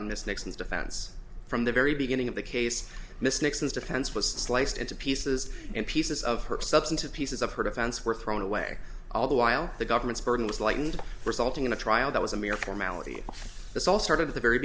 on this nixon's defense from the very beginning of the case miss nixon's defense was sliced into pieces and pieces of her substantive pieces of her defense were thrown away all the while the government's burden was lightened resulting in a trial that was a mere formality this all started at the very